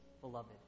beloved